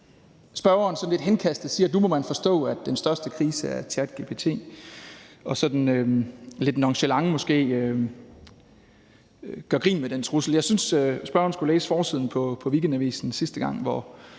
henkastet siger, at nu må man forstå, at den største krise er ChatGPT, og måske sådan lidt nonchalant gør grin med den trussel. Jeg synes, at spørgeren skulle læse den seneste forside på